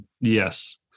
yes